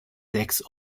sechs